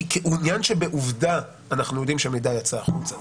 כי כעניין שבעובדה אנחנו יודעים שהמידע יצא החוצה.